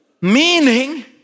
meaning